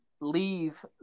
leave